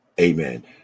Amen